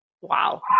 wow